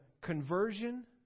conversion